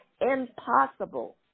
impossible